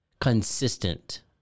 consistent